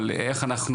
אבל איך אנחנו,